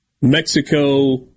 Mexico